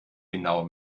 genau